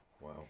Wow